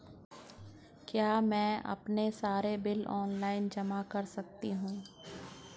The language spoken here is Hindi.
क्या मैं अपने सारे बिल ऑनलाइन जमा कर सकती हूँ?